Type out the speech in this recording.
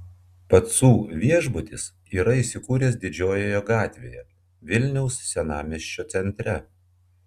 pacų viešbutis yra įsikūręs didžiojoje gatvėje vilniaus senamiesčio centre